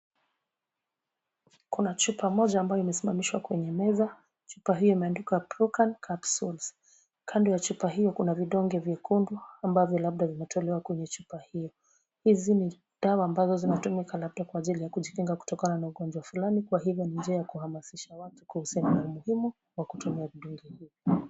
Kuna chupa moja ambayo imesimamishwa kwenye meza. Chupa hii imeandikwa Prucan Capsules. Kando ya chupa hiyo kuna vidonge vyekundu ambavyo labda vimetolewa kwenye chupa hiyo. Hizi ni dawa ambazo zinatumika labda kwa ajili ya kujikinga kutokana na ugonjwa fulani. Kwa hivyo ni njia ya kuhamasisha watu kuhusiana na umuhimu wa kutumia vidonge hivi.